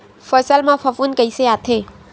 फसल मा फफूंद कइसे आथे?